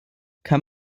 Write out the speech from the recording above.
kann